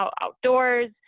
outdoors